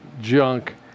junk